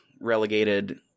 relegated